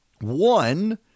One